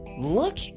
Look